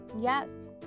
Yes